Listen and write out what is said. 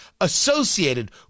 associated